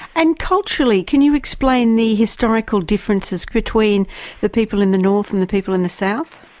and culturally, can you explain the historical differences between the people in the north and the people in the south?